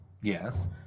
Yes